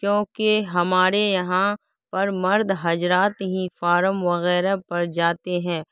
کیونکہ ہمارے یہاں پر مرد حضرات ہی فارم وغیرہ پر جاتے ہیں